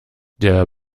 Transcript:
der